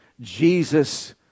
Jesus